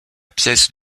pièce